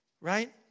right